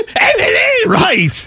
Right